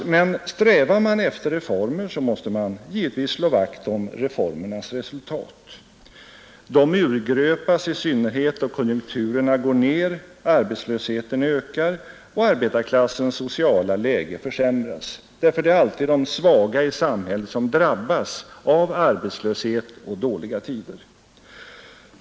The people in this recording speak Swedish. Men strävar man efter reformer måste man givetvis slå vakt om reformernas resultat. Dessa urgröps i synnerhet då konjunkturerna går ned, arbetslösheten ökar och arbetarklassens sociala läge försämras — det är nämligen alltid de svaga i samhället som drabbas av arbetslöshet och dåliga tider.